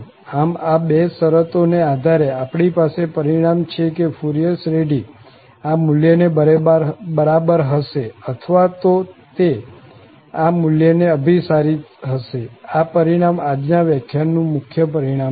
આમ આ બે શરતો ને આધારે આપણી પાસે પરિણામ છે કે ફુરિયર શ્રેઢી આ મૂલ્યને બરાબર હશે અથવા તો તે આ મુલ્યને અભિસારી હશે આ પરિણામ આજ ના વ્યાખ્યાનનું મુખ્ય પરિણામ છે